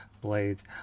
blades